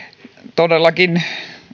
todellakin